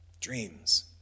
Dreams